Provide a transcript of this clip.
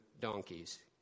donkeys